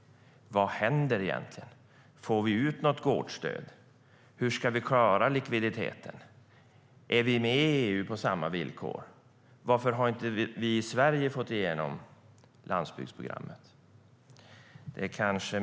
Vad händer egentligen? Får vi ut något gårdsstöd? Hur ska vi klara likviditeten? Är vi med i EU på samma villkor? Varför har vi i Sverige inte fått igenom landsbygdsprogrammet?